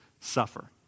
suffer